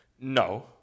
No